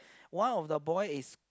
one of the boy is